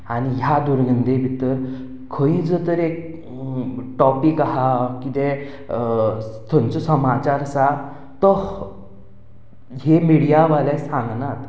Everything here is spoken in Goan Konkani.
आनी ह्या दुर्गंधे भितर खंयूय जर तरी एक टॉपीक आसा कितेंय थंयचो समाचार आसा तो हे मिडिया वाले सांगनात